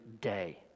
day